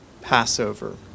Passover